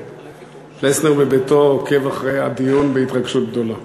פלסנר בביתו, עוקב אחרי הדיון בהתרגשות גדולה.